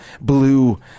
blue